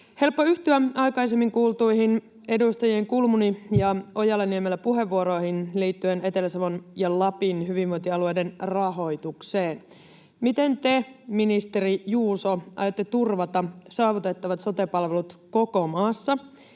helppo yhtyä aikaisemmin kuultuihin edustajien Kulmuni ja Ojala-Niemelä puheenvuoroihin liittyen Etelä-Savon ja Lapin hyvinvointialueiden rahoitukseen. Miten te, ministeri Juuso, aiotte turvata saavutettavat sote-palvelut koko maassa?